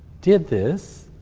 did this,